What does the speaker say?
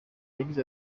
yagize